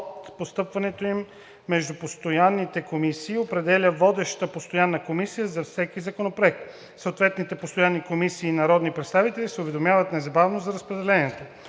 от постъпването им между постоянните комисии и определя водеща постоянна комисия за всеки законопроект. Съответните постоянни комисии и народните представители се уведомяват незабавно за разпределението.